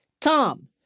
Tom